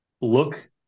look